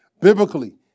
Biblically